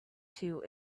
too